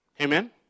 Amen